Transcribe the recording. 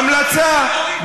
המלצה,